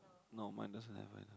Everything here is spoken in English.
no minus never mind